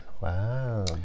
Wow